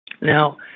Now